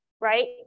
right